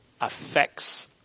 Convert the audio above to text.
affects